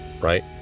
right